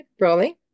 rolling